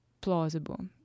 plausible